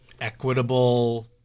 equitable